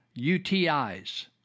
UTIs